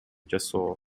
жасоо